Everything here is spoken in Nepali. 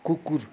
कुकुर